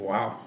Wow